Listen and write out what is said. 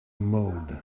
mode